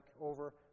over